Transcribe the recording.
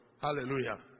Hallelujah